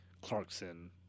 Clarkson